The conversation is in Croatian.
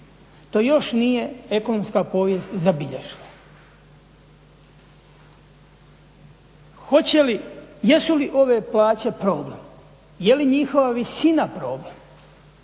To još nije ekonomska povijest zabilježila. Hoće li, jesu li ove plaće problem, je li njihova visina problem,